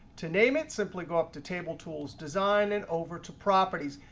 to name it, simply go up to table tools, design, and over to properties.